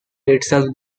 itself